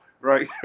right